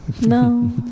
No